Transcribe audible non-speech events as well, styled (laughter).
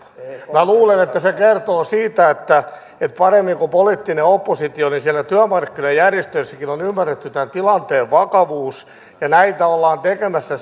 minä luulen että se kertoo siitä että että paremmin kuin poliittinen oppositio niin siellä työmarkkinajärjestöissäkin on ymmärretty tämä tilanteen vakavuus ja näitä ollaan tekemässä (unintelligible)